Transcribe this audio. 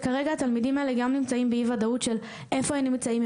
כרגע התלמידים האלה גם נמצאים באי ודאות של איפה הם נמצאים,